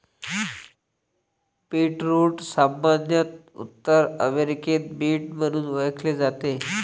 beetroot सामान्यत उत्तर अमेरिकेत बीट म्हणून ओळखले जाते